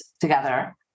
together